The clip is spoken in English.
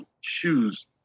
shoes